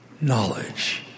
knowledge